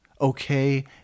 Okay